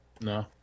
No